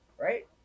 right